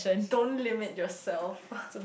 don't limit yourself